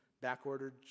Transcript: back-ordered